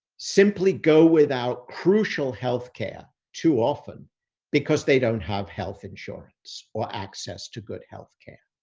simply go without crucial health care too often because they don't have health insurance or access to good healthcare.